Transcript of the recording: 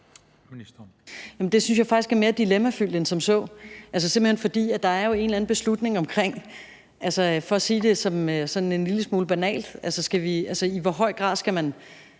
Det synes jeg faktisk er mere dilemmafyldt end som så, for – for at sige det en lille smule banalt – i hvor høj grad skal man